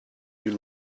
you